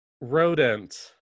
rodent